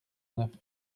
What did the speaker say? neuf